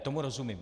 Tomu rozumím.